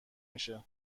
میشه